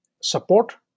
support